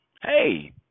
Hey